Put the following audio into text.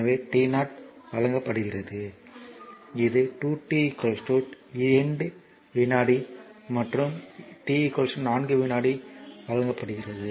எனவே t0 வழங்கப்படுகிறது இது 2 t 2 வினாடி மற்றும் t 4 வினாடி வழங்கப்படுகிறது